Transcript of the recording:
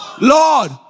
Lord